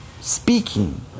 speaking